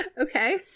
Okay